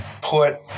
put